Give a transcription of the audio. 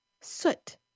soot